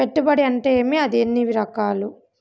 పెట్టుబడి అంటే ఏమి అది ఎన్ని రకాలు